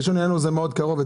1 בינואר זה מאוד קרוב.